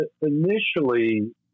initially